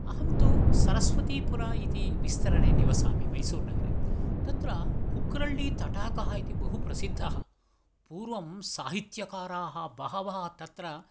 अहं तु सरस्वतीपुर इति विस्तरणे निवसामि मैसूरुनगरे तत्र कुक्करळि तटाकः इति बहु प्रसिद्धः पूर्वम् साहित्यकाराः बहवः तत्र